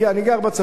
אני גר בצפון,